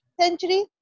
century